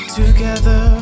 together